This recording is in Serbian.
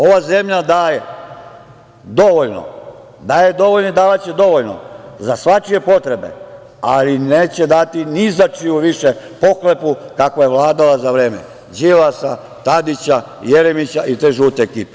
Ova zemlja daje dovoljno i davaće dovoljno za svačije potrebe, ali neće dati ni za čiju više pohlepu kakva je vladala za vreme Đilasa, Tadića, Jeremića i te žute ekipe.